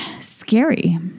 scary